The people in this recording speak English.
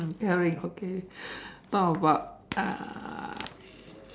mm tell me is okay talk about uh